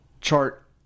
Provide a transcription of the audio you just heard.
chart